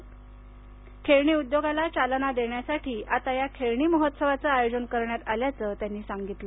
या उद्योगाला चालना देण्यासाठी आता या खेळणी महोत्सवाचं आयोजन करण्यात आल्याचं त्यांनी सांगितलं